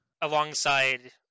Alongside